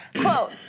Quote